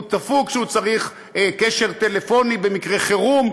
הוא דפוק כשהוא צריך קשר טלפוני במקרה חירום.